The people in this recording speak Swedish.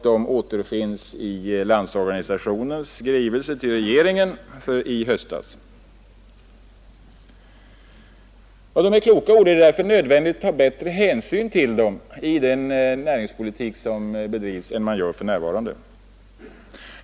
De återfinns i Landsorganisationens skrivelse i höstas till regeringen. Det är kloka ord, och det är därför nödvändigt att ta bättre hänsyn till dem i den näringspolitik som bedrivs än man gör för närvarande.